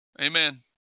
amen